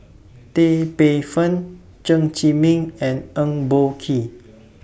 Tan Paey Fern Chen Zhiming and Eng Boh Kee